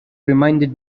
reminded